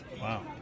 Wow